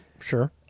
Sure